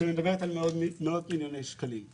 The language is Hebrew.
על מאות מיליוני שקלים.